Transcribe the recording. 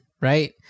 right